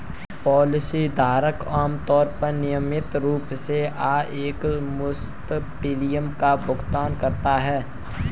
policy धारक आमतौर पर नियमित रूप से या एकमुश्त प्रीमियम का भुगतान करता है